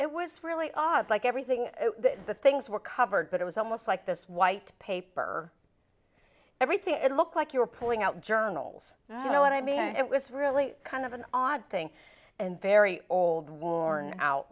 it was really odd like everything the things were covered but it was almost like this white paper everything it look like you're pulling out journals you know what i mean it was really kind of an odd thing and very old worn out